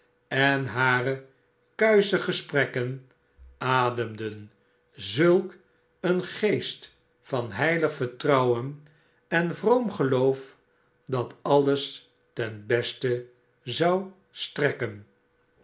en hare kujische gesprekken ademden zulk een geest van heilig vertrouwen bartfaby rudge en vroom geloof dat alles ten beste zou strekken